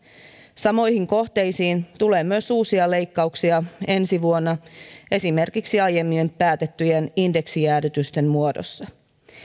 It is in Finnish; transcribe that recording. samoihin kohteisiin tulee myös uusia leikkauksia ensi vuonna esimerkiksi aiemmin päätettyjen indeksijäädytysten muodossa